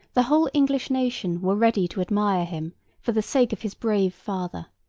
the whole english nation were ready to admire him for the sake of his brave father.